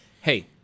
Hey